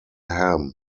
ham